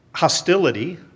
Hostility